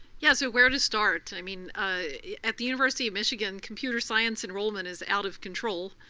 yeah, so where to start? i mean at the university of michigan, computer science enrollment is out of control,